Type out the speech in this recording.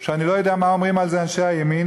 אני לא יודע מה אומרים על זה אנשי הימין,